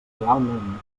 idealment